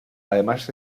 además